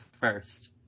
first